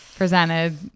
presented